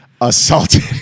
assaulted